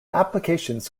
applications